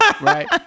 right